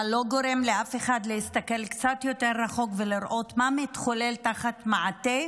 אבל שלא גורם לאף אחד להסתכל קצת יותר רחוק ולראות מה מתחולל תחת מעטה